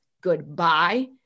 Goodbye